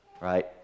right